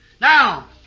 Now